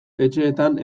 etxeetan